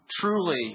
Truly